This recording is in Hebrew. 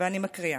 אני מקריאה: